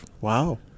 Wow